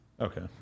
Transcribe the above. Okay